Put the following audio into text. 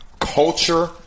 culture